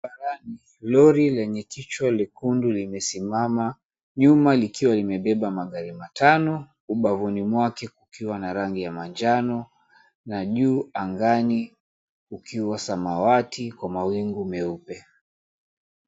Barabarani lori lenye kichwa lekundu limesimama nyuma likiwa limebeba magari matano, ubavuni mwake kukiwa na rangi ya manjano na juu angani kukiwa samawati kwa mawingu meupe.